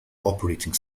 operating